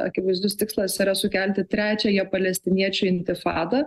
akivaizdus tikslas yra sukelti trečiąją palestiniečių intifadą